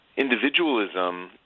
individualism